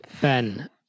Ben